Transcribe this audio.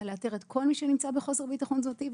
לאתר את כל מי שנמצא בחוסר ביטחון תזונתי,